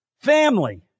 Family